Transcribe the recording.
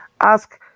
Ask